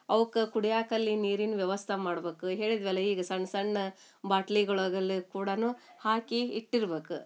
ಅವ್ಕ ಕುಡ್ಯಾಕಲ್ಲಿ ನೀರಿನ ವ್ಯವಸ್ಥ ಮಾಡ್ಬೇಕು ಹೇಳಿದ್ವಲ ಈಗ ಸಣ್ಣ ಸಣ್ಣ ಬಾಟ್ಲಿಗೊಳಗಲ್ಲೆ ಕೂಡ ಹಾಕಿ ಇಟ್ಟಿರ್ಬೇಕು